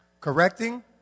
correcting